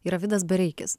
yra vidas bareikis